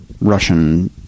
Russian